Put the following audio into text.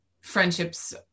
friendships